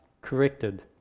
corrected